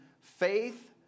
faith